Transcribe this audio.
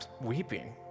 weeping